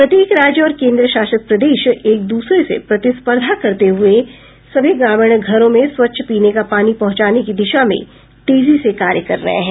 प्रत्येक राज्य और केंद्रशासित प्रदेश एक दूसरे से प्रतिस्पर्धा करते हुए सभी ग्रामीण घरों में स्वच्छ पीने का पानी पहुंचाने की दिशा में तेज़ी से कार्य कर रहे हैं